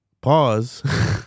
pause